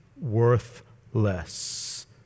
worthless